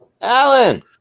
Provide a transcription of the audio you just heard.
Alan